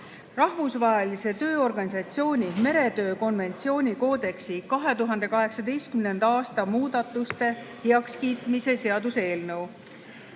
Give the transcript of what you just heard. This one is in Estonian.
Rahvusvahelise Tööorganisatsiooni meretöö konventsiooni koodeksi 2018. aasta muudatuste heakskiitmise seaduse eelnõu.